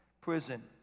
prison